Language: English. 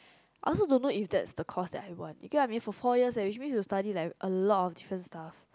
I also don't know if that the course that I want because I have been four year leh need to study a lot of different stuff